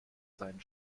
seinen